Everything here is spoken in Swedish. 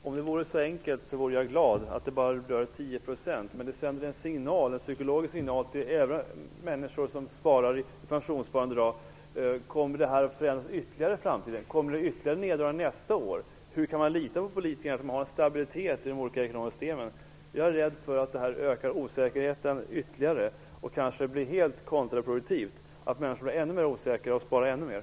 Fru talman! Om det vore så enkelt som att det bara berör 10 % vore jag glad. Men det sänder en psykologisk signal till människor som sparar i pensionssparande. De undrar om detta ytterligare kommer att förändras i framtiden. Blir det ytterligare neddragningar nästa år? Kan man lita på att politikerna ser till att det finns stabilitet i de olika ekonomiska systemen? Jag är rädd för att detta ökar osäkerheten ytterligare samtidigt som det kanske blir helt kontraproduktivt. Det gör människor så osäkra att de sparar ännu mera.